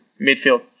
midfield